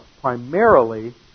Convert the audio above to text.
Primarily